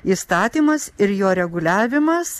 įstatymas ir jo reguliavimas